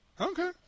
Okay